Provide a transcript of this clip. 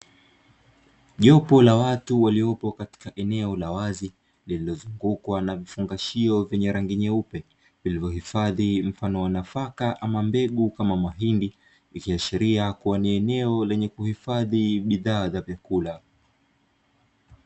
Jopo la watu waliopo katika eneo la wazi, lililozungukwa na vifungashio vyenye rangi nyeupe, vilivyohifadhi mfano wa nafaka ama mbegu kama mahindi, ikiashiria kuwa ni eneo lenye kuhifadhi bidhaa za vyakula.